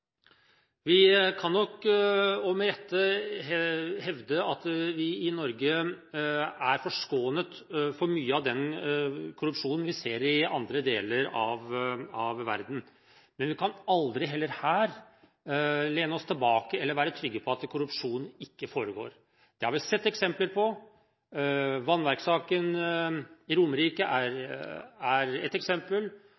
Vi kan nok, med rette, hevde at vi i Norge er forskånet for mye av den korrupsjonen vi ser i andre deler av verden. Men vi kan aldri heller her lene oss tilbake eller være trygge på at korrupsjon ikke foregår. Det har vi sett eksempler på. Vannverkssaken i Romerike er